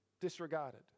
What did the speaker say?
disregarded